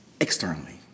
externally